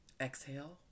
Exhale